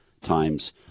times